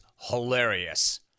hilarious